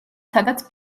სადაც